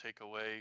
takeaway